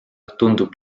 tundub